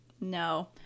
No